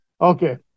okay